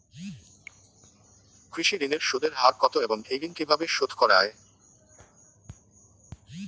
কৃষি ঋণের সুদের হার কত এবং এই ঋণ কীভাবে শোধ করা য়ায়?